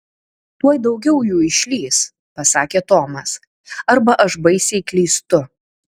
tuoj daugiau jų išlįs pasakė tomas arba aš baisiai klystu